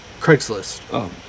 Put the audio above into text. Craigslist